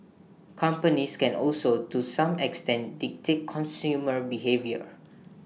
companies can also to some extent dictate consumer behaviour